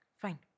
fine